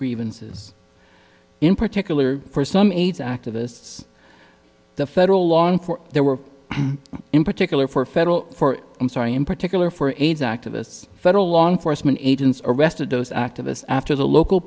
grievances in particular for some aids activists the federal law and for there were in particular for federal for i'm sorry in particular for aids activists federal law enforcement agents arrested those activists after the local